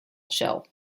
shell